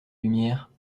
lumière